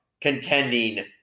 contending